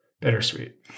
bittersweet